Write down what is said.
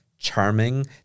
charming